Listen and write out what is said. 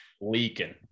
Leaking